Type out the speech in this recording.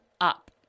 up